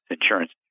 insurance